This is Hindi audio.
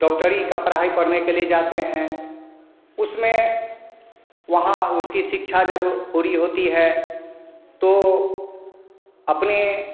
डॉक्टरी का पढ़ाई पढ़ने के लिए जाते हैं उसमें वहाँ उसकी शिक्षा जब पूरी होती है तो अपने